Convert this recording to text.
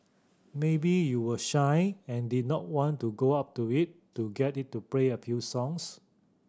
maybe you were shy and didn't want to go up to it to get it to play a few songs